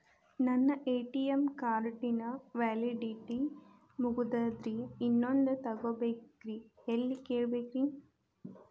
ನನ್ನ ATM card ನ validity ಮುಗದದ್ರಿ ಇನ್ನೊಂದು ತೊಗೊಬೇಕ್ರಿ ಎಲ್ಲಿ ಕೇಳಬೇಕ್ರಿ?